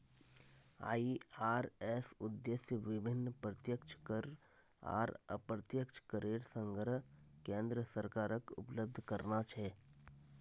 IRS उद्देश्य विभिन्न प्रत्यक्ष कर आर अप्रत्यक्ष करेर संग्रह केन्द्र सरकारक उपलब्ध कराना छे